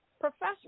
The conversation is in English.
professional